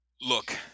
look